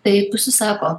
taip užsisako